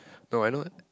no I know what